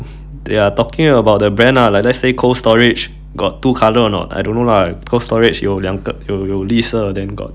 they are talking about the brand ah like let's say Cold Storage got two colour or not I don't know lah Cold Storage 有两个有有绿色 then got